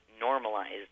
normalized